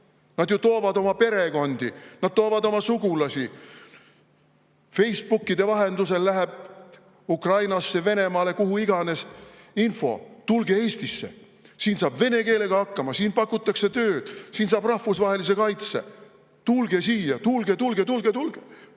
Nad toovad siia oma perekondi, nad toovad oma sugulasi. Facebooki vahendusel läheb Ukrainasse, Venemaale, kuhu iganes info, et tulge Eestisse, siin saab vene keelega hakkama, siin pakutakse tööd, siin saab rahvusvahelise kaitse. Tulge siia! Tulge-tulge-tulge-tulge!